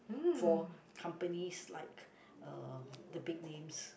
for companies like uh the big names